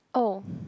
oh